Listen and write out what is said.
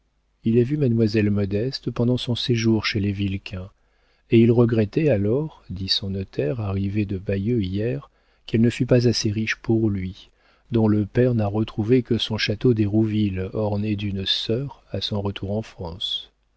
il a vu mademoiselle modeste pendant son séjour chez les vilquin et il regrettait alors dit son notaire arrivé de bayeux hier qu'elle ne fût pas assez riche pour lui dont le père n'a retrouvé que son château d'hérouville orné d'une sœur à son retour en france